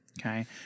okay